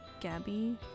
Gabby